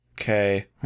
Okay